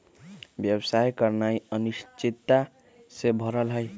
व्यवसाय करनाइ अनिश्चितता से भरल हइ